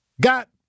got